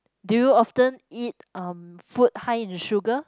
do you often eat um food high in sugar